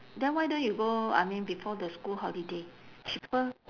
then why don't you go I mean before the school holiday cheaper